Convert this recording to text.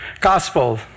Gospel